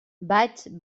vaig